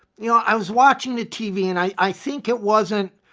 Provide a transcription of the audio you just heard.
you know, i was watching the tv and i i think it wasn't,